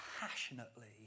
passionately